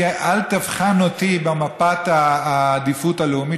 כי אל תבחן אותי במפת העדיפות הלאומית,